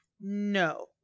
No